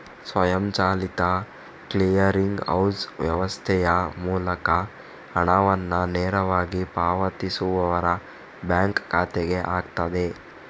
ಸ್ವಯಂಚಾಲಿತ clearing house ವ್ಯವಸ್ಥೆಯ ಮೂಲಕ ಹಣವನ್ನ ನೇರವಾಗಿ ಪಾವತಿಸುವವರ ಬ್ಯಾಂಕ್ ಖಾತೆಗೆ ಹಾಕ್ತದೆ